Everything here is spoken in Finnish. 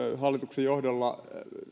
hallituksen johdolla